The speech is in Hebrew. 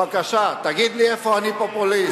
בבקשה, תגיד לי איפה אני פופוליסט.